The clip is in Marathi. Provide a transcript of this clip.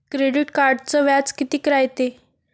क्रेडिट कार्डचं व्याज कितीक रायते?